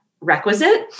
requisite